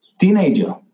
teenager